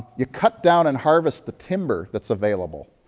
you cut down and harvest the timber that's available.